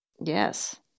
yes